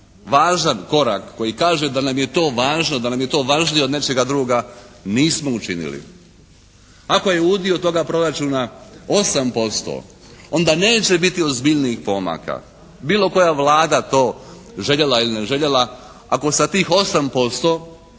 važan korak koji kaže da nam je to važno, da nam je to važnije od nečega drugoga nismo učinili. Ako je udio toga proračuna 8% onda neće biti ozbiljnijih pomaka. Bilo koja Vlada to željela ili ne željela, ako sa tih 8%